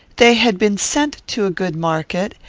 they had been sent to a good market,